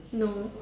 no